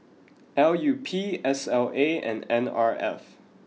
L U P S L A and N R F